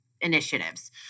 initiatives